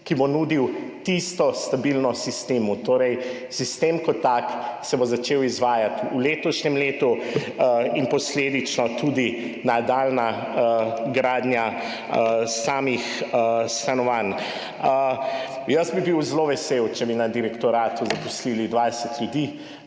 ki bo nudil tisto stabilnost sistemu, torej sistem kot tak se bo začel izvajati v letošnjem letu in posledično tudi nadaljnja gradnja samih stanovanj. Jaz bi bil zelo vesel, če bi na direktoratu zaposlili 20 ljudi,